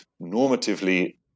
normatively